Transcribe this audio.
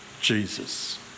Jesus